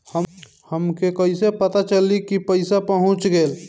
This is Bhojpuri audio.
हमके कईसे पता चली कि पैसा पहुच गेल?